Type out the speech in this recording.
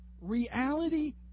Reality